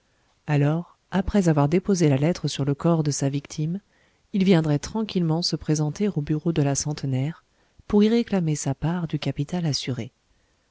alors après avoir déposé la lettre sur le corps de sa victime il viendrait tranquillement se présenter aux bureaux de la centenaire pour y réclamer sa part du capital assuré